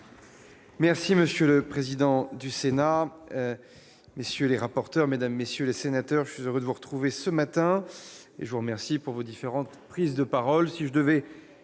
Monsieur le président, messieurs les rapporteurs, mesdames, messieurs les sénateurs, je suis heureux de vous retrouver ce matin et je vous remercie de vos différentes prises de parole.